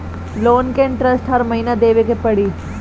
Loan के interest हर महीना देवे के पड़ी?